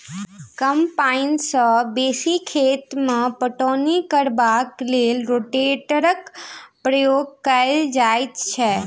कम पाइन सॅ बेसी खेत मे पटौनी करबाक लेल रोटेटरक प्रयोग कयल जाइत छै